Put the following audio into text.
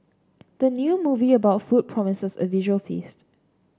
the new movie about food promises a visual feast